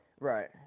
Right